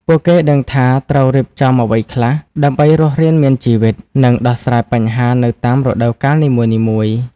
ពួកគេដឹងថាត្រូវរៀបចំអ្វីខ្លះដើម្បីរស់រានមានជីវិត និងដោះស្រាយបញ្ហានៅតាមរដូវកាលនីមួយៗ។